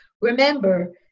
Remember